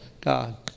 God